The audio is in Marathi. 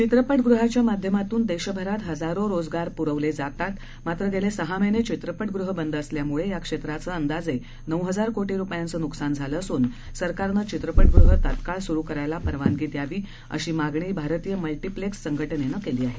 चित्रपटगृहाच्या माध्यमातून देशभरात हजारो रोजगार पुरवले जातात मात्र गेले सहा महिने चित्रपटगृह बंद असल्यामुळे या क्षेत्राचे अंदाजे नऊ हजार कोटी रुपयांचे नुकसान झाले असून सरकारनं चित्रपटगृह तात्काळ सुरु करायला परवानगी द्यावी अशी मागणी भारतीय मल्टिप्लेक्स संघटनेनं केली आहे